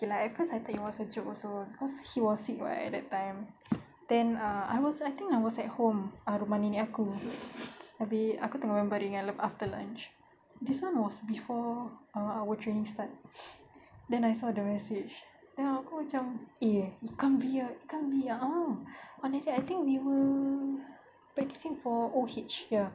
okay lah cause I think it was a joke also cause she was sick [what] at that time then ah I was I think I was at home or rumah nenek aku abeh aku tengah baring after lunch this [one] was before our our training start then I saw the message then aku macam eh it can't be ah it can't be a'ah I think we were practising for O_H ya